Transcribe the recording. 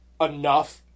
enough